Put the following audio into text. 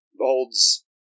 holds